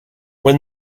when